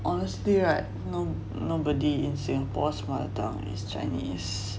honestly [right] nobody in singapore's mother tongue is chinese